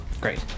Great